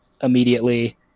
immediately